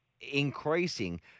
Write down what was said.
increasing